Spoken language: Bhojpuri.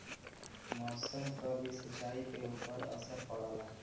मौसम क भी सिंचाई के ऊपर असर पड़ला